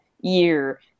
year